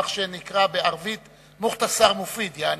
מה שנקרא בערבית "מוכתסר מופיד" יעני,